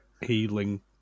healing